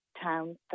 town